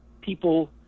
people